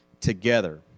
together